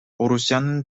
орусиянын